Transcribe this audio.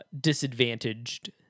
disadvantaged